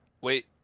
wait